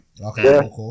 Okay